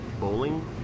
Bowling